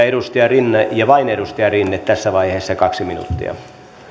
edustaja rinne ja vain edustaja rinne tässä vaiheessa kaksi minuuttia